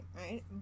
right